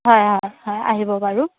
হয় হয় হয় আহিব বাৰু